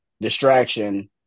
distraction